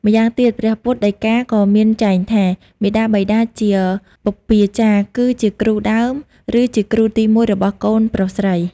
ម្យ៉ាងទៀត ព្រះពុទ្ធដីការក៏មានចែងថា មាតាបិតាជាបុព្វាចារ្យ គឺជាគ្រូដើម ឬជាគ្រូទី១របស់កូនប្រុសស្រី ។